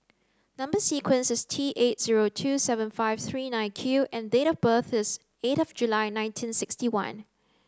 number sequence is T eight zero two seven five three nine Q and date of birth is eight of July nineteen sixty one